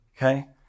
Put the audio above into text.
Okay